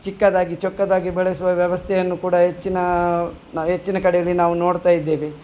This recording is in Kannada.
ಚಿಕ್ಕದಾಗಿ ಚೊಕ್ಕದಾಗಿ ಬೆಳೆಸುವ ವ್ಯವಸ್ಥೆಯನ್ನು ಕೂಡ ಹೆಚ್ಚಿನ ನಾವು ಹೆಚ್ಚಿನ ಕಡೇಲಿ ನಾವು ನೋಡ್ತಾಯಿದ್ದೇವೆ